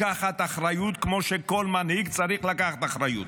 לקחת אחריות, כמו שכל מנהיג צריך לקחת אחריות.